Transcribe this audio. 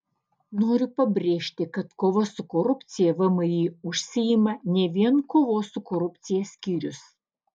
noriu pabrėžti kad kova su korupcija vmi užsiima ne vien kovos su korupcija skyrius